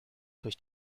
durch